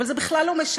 אבל זה בכלל לא משנה,